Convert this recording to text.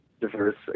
diverse